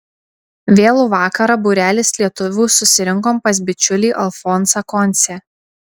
vėlų vakarą būrelis lietuvių susirinkom pas bičiulį alfonsą koncę